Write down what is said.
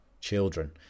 children